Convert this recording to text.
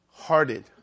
hearted